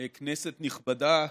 כנסת נכבדה,